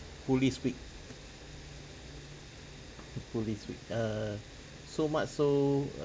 police week police week err so much so